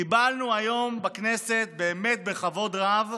קיבלנו היום בכנסת, באמת בכבוד רב,